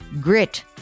Grit